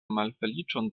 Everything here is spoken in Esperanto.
malfeliĉon